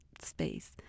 space